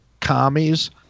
commies